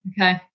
okay